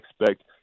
expect